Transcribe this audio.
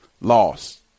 lost